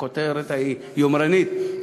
הכותרת ההיא יומרנית,